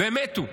והם מתו.